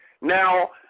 Now